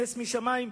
נס משמים,